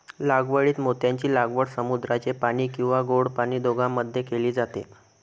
लागवडीत मोत्यांची लागवड समुद्राचे पाणी किंवा गोड पाणी दोघांमध्ये केली जाते